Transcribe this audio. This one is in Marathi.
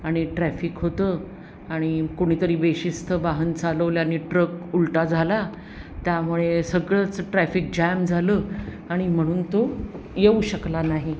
आणि ट्रॅफिक होतं आणि कुणीतरी बेशिस्त वाहन चालवल्याने ट्रक उलटा झाला त्यामुळे सगळंच ट्रॅफिक जॅम झालं आणि म्हणून तो येऊ शकला नाही